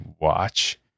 watch